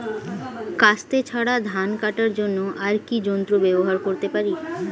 কাস্তে ছাড়া ধান কাটার জন্য আর কি যন্ত্র ব্যবহার করতে পারি?